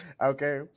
Okay